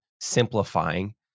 simplifying